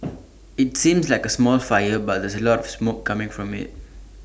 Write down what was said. IT seems like A small fire but there's A lots of smoke coming from IT